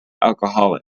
alcoholic